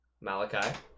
malachi